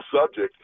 subject